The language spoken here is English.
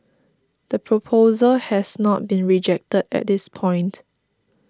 the proposal has not been rejected at this point